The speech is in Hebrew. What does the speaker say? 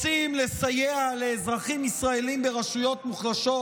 רוצים לסייע לאזרחים ישראלים ברשויות מוחלשות?